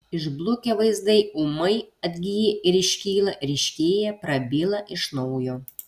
išblukę vaizdai ūmai atgyja ir iškyla ryškėja prabyla iš naujo